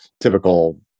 typical